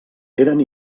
eren